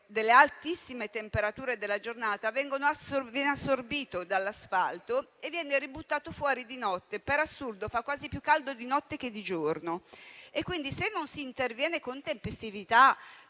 delle altissime temperature della giornata viene assorbito dall'asfalto e ributtato fuori di notte; per assurdo, fa quasi più caldo di notte che di giorno. Quindi, se non si interviene con tempestività